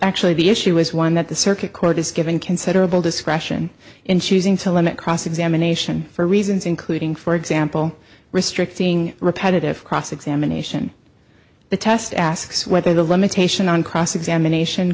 actually the issue is one that the circuit court has given considerable discretion in choosing to limit cross examination for reasons including for example restricting repetitive cross examination the test asks whether the limitation on cross examination